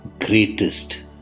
greatest